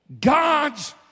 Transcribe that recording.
God's